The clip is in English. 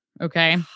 okay